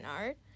art